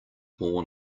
born